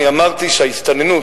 אמרתי שההסתננות,